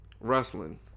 Wrestling